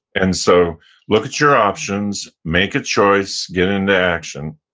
and so look at your options, make a choice, get into action,